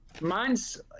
Mine's